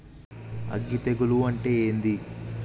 అగ్గి తెగులు అంటే ఏంది?